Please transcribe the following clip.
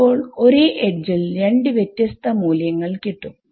അപ്പോൾ ഒരേ എഡ്ജിൽ രണ്ട് വ്യത്യസ്ത മൂല്യങ്ങൾ കിട്ടും